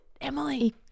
Emily